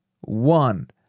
one